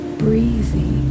breezy